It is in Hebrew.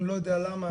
אני לא יודע למה,